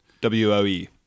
W-O-E